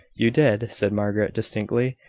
you did, said margaret, distinctly.